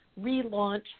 relaunch